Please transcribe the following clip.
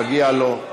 מגיע לו.